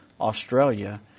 Australia